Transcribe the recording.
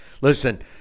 Listen